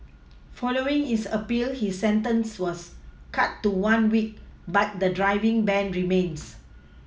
following his appeal his sentence was cut to one week but the driving ban remains